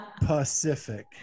Pacific